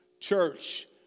Church